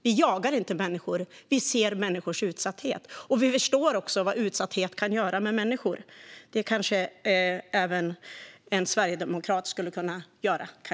Vi jagar inte människor, utan vi ser människors utsatthet. Vi förstår också vad utsatthet kan göra med människor, vilket jag tycker att även en sverigedemokrat borde kunna göra.